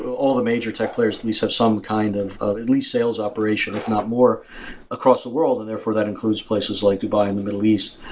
all the major tech players at least have some kind of of at least sales operation if not more across the world and therefore that includes places like dubai and the middle east.